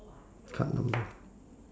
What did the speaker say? card number